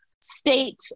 state